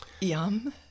Yum